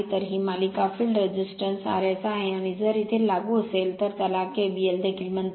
तर ही मालिका फील्ड रेझिस्टन्स RS आहे आणि जर इथे लागू असेल तर त्याला KVL देखील म्हणतात